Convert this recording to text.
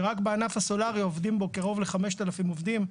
שרק בענף הסולארי עובדים בו קרוב ל-5,000 עובדים,